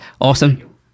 Awesome